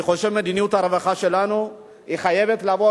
אני חושב שמדיניות הרווחה שלנו חייבת לעבור